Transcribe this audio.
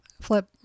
flip